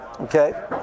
Okay